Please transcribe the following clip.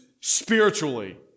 spiritually